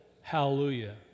hallelujah